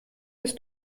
bis